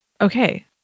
Okay